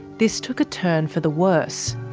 this took a turn for the worse.